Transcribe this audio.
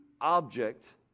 object